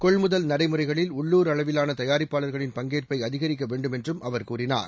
கொள்முதல் நடைமுறைகளில் உள்ளூர் அளவிவான தயாரிப்பாளர்களின் பங்கேற்பை அதிகரிக்க வேண்டும் என்றும் அவர் கூறினார்